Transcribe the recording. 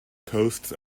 coasts